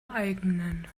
eigenen